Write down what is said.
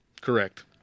Correct